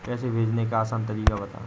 पैसे भेजने का आसान तरीका बताए?